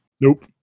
Nope